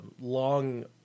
long